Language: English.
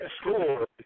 score